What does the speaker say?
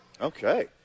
Okay